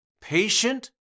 patient